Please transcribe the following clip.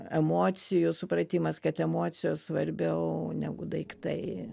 emocijų supratimas kad emocijos svarbiau negu daiktai